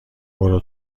برو